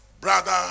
Brother